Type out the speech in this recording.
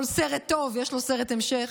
כל סרט טוב יש לו סרט המשך.